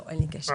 לא אין לי קשר.